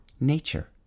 nature